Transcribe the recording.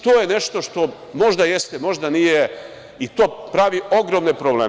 To je nešto što možda jeste, možda nije, i to pravi ogromne probleme.